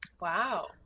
Wow